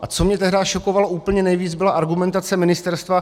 A co mě tehdy šokovalo úplně nejvíc, byla argumentace ministerstva.